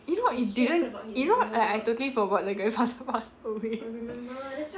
you know what it didn't you know what I I totally forgot the grandfather passed away